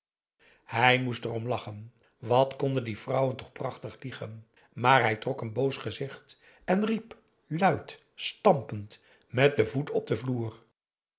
hij moest erom lachen wat konden die vrouwen toch prachtig liegen maar hij trok een boos gezicht en riep luid stampend met den voet op den vloer